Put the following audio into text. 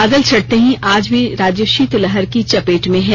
बादल छंटते ही आज भी राज्य शीतलहर की चपेट में है